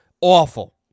awful